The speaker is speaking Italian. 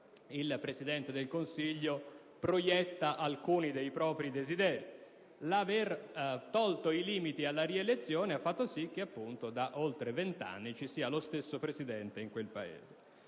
il Presidente del Consiglio proietta alcuni dei propri desideri) l'aver tolto i limiti alla rielezione ha fatto sì che, da oltre vent'anni, ci sia lo stesso Presidente in quel Paese.